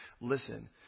Listen